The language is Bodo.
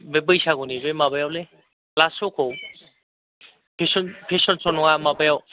बे बैसागुनि माबायावलै लास्ट स'खौ फेसन स' नङा माबायाव